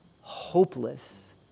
hopeless